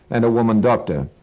and a woman doctor.